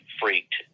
freaked